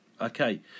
Okay